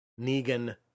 Negan